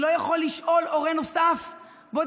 הוא לא יכול לשאול הורה נוסף: בוא,